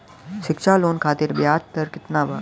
शिक्षा लोन खातिर ब्याज दर केतना बा?